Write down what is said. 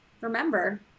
remember